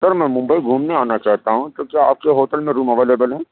سر میں ممبئی گُھومنے آنا چاہتا ہوں کیوں کہ آپ کے ہوٹل میں روم اویلیبل ہیں